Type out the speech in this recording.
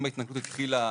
אם ההתנגדות התחילה,